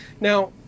Now